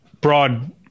broad